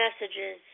messages